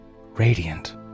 Radiant